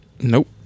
Nope